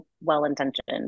well-intentioned